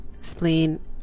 spleen